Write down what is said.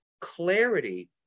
clarity